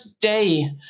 day